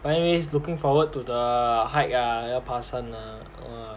but anyways looking forward to the hike ah 要爬山 lah !wah!